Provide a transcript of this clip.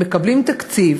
והם מקבלים תקציב